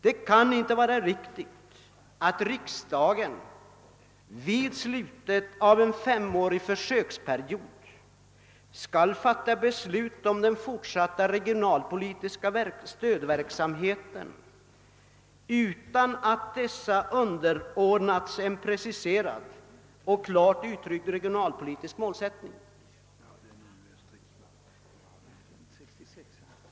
Det kan inte vara riktigt att riksdagen vid slutet av en femårig försöksperiod skall besluta om den fortsatta regionalpolitiska stödverksamheten utan att denna underordnats en preciserad och klart uttryckt regionalpolitisk målsättning.